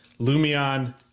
Lumion